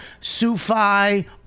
Sufi